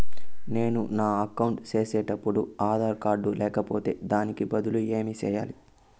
నేను నా అకౌంట్ సేసేటప్పుడు ఆధార్ కార్డు లేకపోతే దానికి బదులు ఏమి సెయ్యాలి?